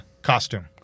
Costume